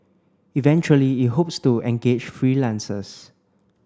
eventually it hopes to engage freelancers